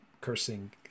cursing